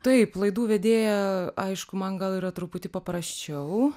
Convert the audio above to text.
taip laidų vedėją aišku man gal yra truputį paprasčiau